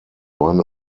run